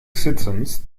citizens